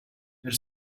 per